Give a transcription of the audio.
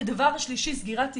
דבר שלישי, סגירת תיקים.